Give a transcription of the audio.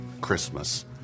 Christmas